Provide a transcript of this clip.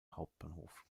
hauptbahnhof